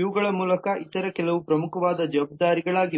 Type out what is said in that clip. ಇವುಗಳ ಮೂಲಕ ಇತರ ಕೆಲವು ಪ್ರಮುಖವಾದ ಜವಾಬ್ದಾರಿಗಳಾಗಿವೆ